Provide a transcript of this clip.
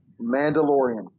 Mandalorian